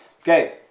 Okay